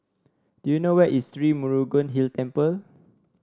do you know where is Sri Murugan Hill Temple